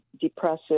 depressive